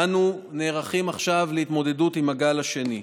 אנו נערכים עכשיו להתמודדות עם הגל השני.